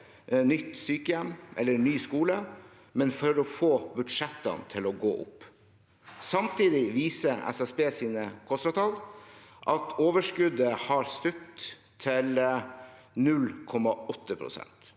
nytt sykehjem eller ny skole, men for å få budsjettene til å gå opp. Samtidig viser SSBs KOSTRAtall at overskuddet har stupt til 0,8 pst.